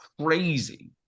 Crazy